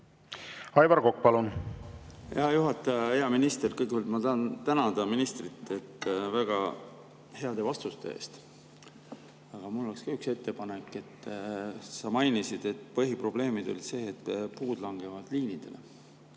Aivar Kokk, palun! Hea juhataja! Hea minister! Kõigepealt ma tahan tänada ministrit väga heade vastuste eest. Mul oleks ka üks ettepanek. Sa mainisid, et põhiprobleem oli see, et puud langesid liinidele.